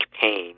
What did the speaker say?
pain